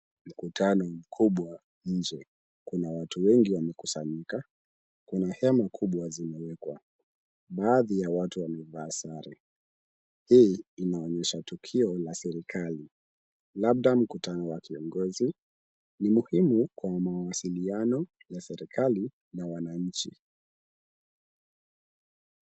Mkutano mkubwa nje, kuna watu wengi wamekusanyika ,kuna hema kubwa zimewekwa. Baadhi ya watu wamevaa sare, hii inaonyesha tukio la serikali labda mkutano wa kiongozi, ni muhimu kwa mawasiliano ya serikali na wananchi.